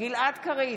גלעד קריב,